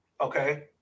Okay